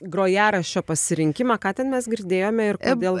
grojaraščio pasirinkimą ką ten mes girdėjome ir kodėl